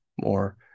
more